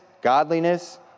godliness